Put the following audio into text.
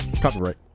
Copyright